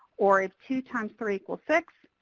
or if two times three equals six,